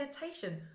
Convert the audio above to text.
meditation